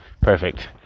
Perfect